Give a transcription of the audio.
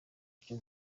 cyo